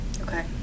Okay